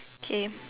K